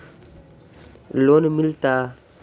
Loan मिलता?